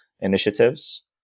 initiatives